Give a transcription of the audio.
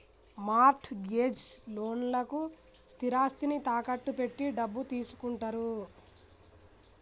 mart gauge లోన్లకు స్థిరాస్తిని తాకట్టు పెట్టి డబ్బు తీసుకుంటారు